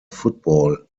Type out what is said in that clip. football